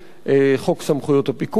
חוק סמכויות הפיקוח,